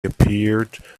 appeared